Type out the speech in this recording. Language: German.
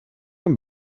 und